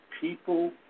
people